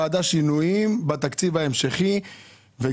כרגע יש תקציב המשכי וצריך